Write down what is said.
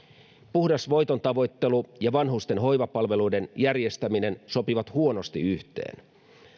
puhdas voitontavoittelu ja vanhusten hoivapalveluiden järjestäminen sopivat huonosti yhteen